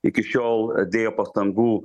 iki šiol dėjo pastangų